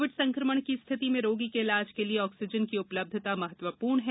Covid संक्रमण की स्थिति में रोगी के इलाज के लिए ऑक्सीजन की उपलब्धंता महत्वपूर्ण है